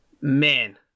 Man